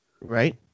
Right